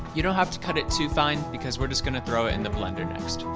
you don't have to cut it too fine because we're just going to throw in the blender next.